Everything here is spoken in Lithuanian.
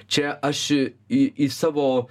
čia aš į į savo